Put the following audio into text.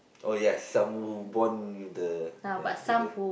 oh yes some born with the ya with the